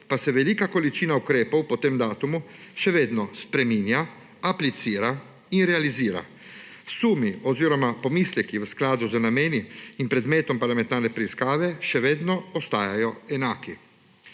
pa se velika količina ukrepov po tem datumu še vedno spreminja, aplicira in realizira. Sumi oziroma pomisleki v skladu z nameni in predmetom parlamentarne preiskave še vedno ostajajo enaki.